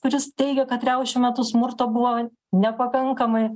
kuris teigia kad riaušių metu smurto buvo nepakankamai